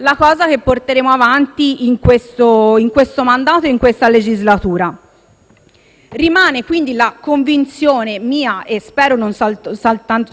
Rimane quindi la convinzione mia (e spero non soltanto mia, ma penso di tutto il mio Gruppo e mi pare di capire anche di qualcun altro)